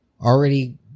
Already